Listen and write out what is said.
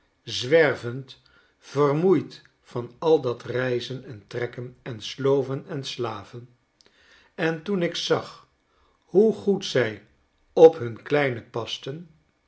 zwervend vermoeid van al dat reizen en trekken en sloven en slaven en toen ik zag hoe goed zij op hun kleinen pasten